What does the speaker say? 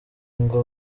ngo